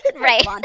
right